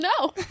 No